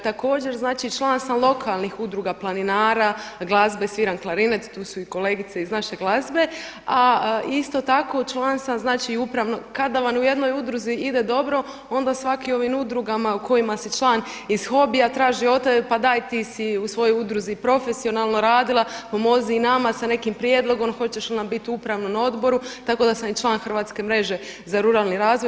Također znači član sam lokalnih udruga planinara, glazbe, sviram klarinet, tu su i kolegice iz naše glazbe, a isto tako član sam znači upravnog, kada vam u jednoj udruzi ide dobro onda svakim ovim udrugama u kojima si član iz hobija traži od tebe pa daj ti si u svojoj udruzi profesionalno radila, pomozi i nama sa nekim prijedlogom, hoćeš li nam biti u upravnom odboru tako da sam i član Hrvatske mreže za ruralni razvoj.